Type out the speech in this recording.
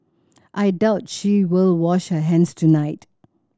I doubt she will wash her hands tonight